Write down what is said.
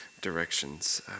directions